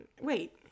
wait